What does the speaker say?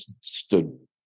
stood